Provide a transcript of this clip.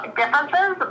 differences